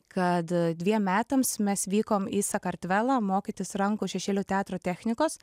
kad dviem metams mes vykom į sakartvelą mokytis rankų šešėlių teatro technikos